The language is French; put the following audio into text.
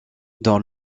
dans